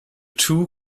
two